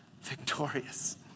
victorious